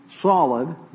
solid